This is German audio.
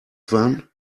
fahren